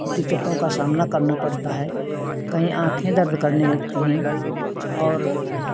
दिक्कतों का सामना करना पड़ता है कहीं आँखें दर्द करने लगती हैं और